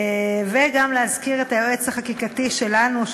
וגם להזכיר את היועץ החקיקתי שלנו,